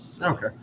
Okay